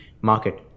market